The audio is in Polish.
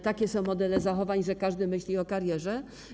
Takie są modele zachowań, że każdy myśli o karierze.